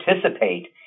participate